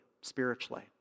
spiritually